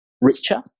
richer